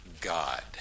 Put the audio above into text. God